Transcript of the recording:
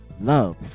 love